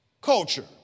culture